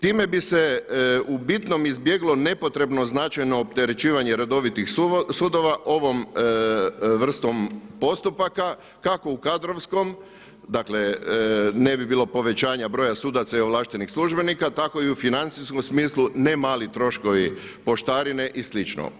Time bi se u bitnom izbjeglo nepotrebno značajno opterećivanje redovitih sudova ovom vrstom postupaka kako u kadrovskom, dakle ne bi bilo povećanja broja sudaca i ovlaštenih službenika tak i u financijskom smislu ne mali troškovi poštarine i slično.